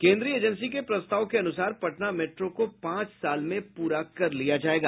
केन्द्रीय एजेंसी के प्रस्ताव के अनुसार पटना मेट्रो को पांच साल में पूरा कर लिया जायेगा